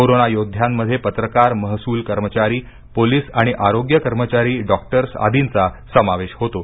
corona यौध्यांमध्ये पत्रकारमहसूल कर्मचारीपोलीसआणि आरोग्य कर्मचारीडॉक्टर्स आदिंचा समावेश होतो